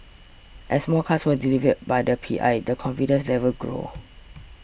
as more cars were delivered by the P I the confidence level grew